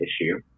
issue